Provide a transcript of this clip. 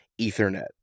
Ethernet